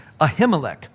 Ahimelech